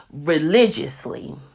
religiously